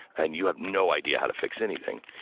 and you have no idea how to fix anything.